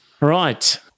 Right